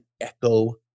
echo